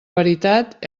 veritat